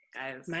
Guys